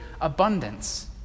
abundance